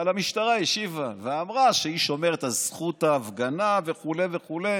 אבל המשטרה השיבה ואמרה שהיא שומרת על זכות ההפגנה וכו' וכו',